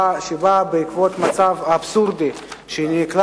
יסודות התקציב (תיקון מס' 39) (הפחתת תקציב